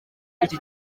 iki